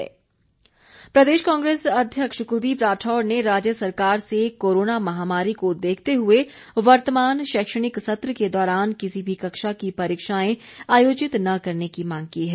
राढौर प्रदेश कांग्रेस अध्यक्ष कुलदीप राठौर ने राज्य सरकार से कोरोना महामारी को देखते हुए वर्तमान शैक्षणिक सत्र के दौरान किसी भी कक्षा की परीक्षाएं आयोजित न करने की मांग की है